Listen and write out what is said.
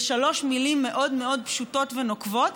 בשלוש מילים מאוד מאוד פשוטות ונוקבות.